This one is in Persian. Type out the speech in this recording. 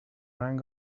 رنگ